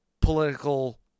political